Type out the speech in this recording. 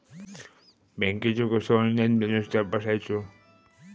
बँकेचो कसो online balance तपासायचो?